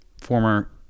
former